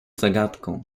zagadką